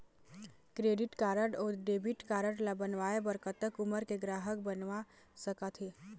Credit card अऊ debit card ला बनवाए बर कतक उमर के ग्राहक बनवा सका थे?